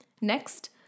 Next